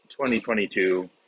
2022